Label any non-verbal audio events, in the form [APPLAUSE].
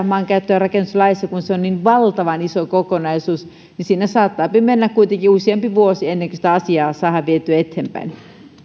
[UNINTELLIGIBLE] maankäyttö ja rakennuslaissa kun se on niin valtavan iso kokonaisuus saattaa mennä kuitenkin useampi vuosi ennen kuin sitä asiaa saadaan vietyä eteenpäin